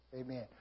Amen